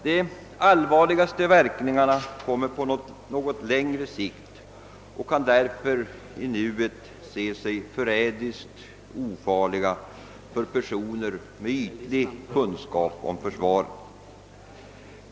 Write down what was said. De allvarligaste verkningarna kommer på något längre sikt och kan därför i nuläget te sig förrädiskt ofarliga för personer med ytlig kunskap om försvaret.